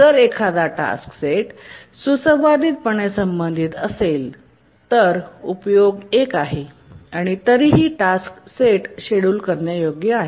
जर एखादा task set सुसंवादीपणे संबंधित असेल तर उपयोग 1 आहे आणि तरीही टास्क सेट शेड्यूल करण्यायोग्य आहे